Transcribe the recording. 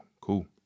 Cool